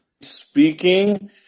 speaking